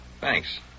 Thanks